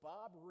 Bob